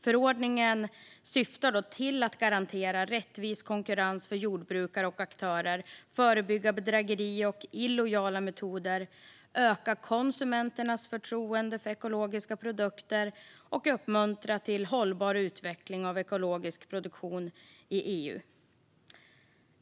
Förordningen syftar till att garantera rättvis konkurrens för jordbrukare och aktörer, förebygga bedrägeri och illojala metoder, öka konsumenternas förtroende för ekologiska produkter och uppmuntra till hållbar utveckling av ekologisk produktion i EU.